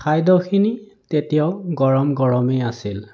খাদ্যখিনি তেতিয়াও গৰম গৰমেই আছিল